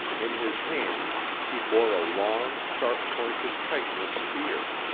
in his hands he bore a long, sharp-pointed chitinous spear.